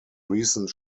recent